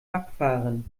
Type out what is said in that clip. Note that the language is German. abfahren